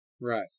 Right